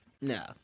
No